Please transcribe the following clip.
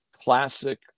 classic